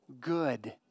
Good